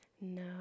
No